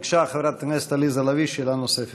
בבקשה, חברת הכנסת עליזה לביא, שאלה נוספת.